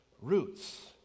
roots